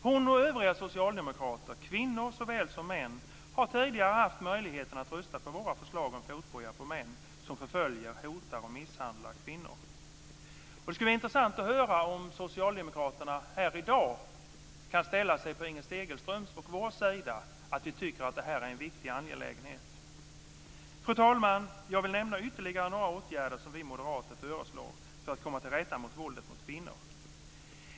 Hon och övriga socialdemokrater, kvinnor såväl som män, har tidigare haft möjligheten att rösta på våra förslag om fotboja på män som förföljer, hotar och misshandlar kvinnor. Det skulle vara intressant att höra om Socialdemokraterna här i dag kan ställa sig på Inger Segelströms och vår sida när vi tycker att det här är en viktig angelägenhet. Fru talman! Jag vill nämna ytterligare några åtgärder som vi moderater föreslår för att komma till rätta med våldet mot kvinnor.